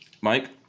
Mike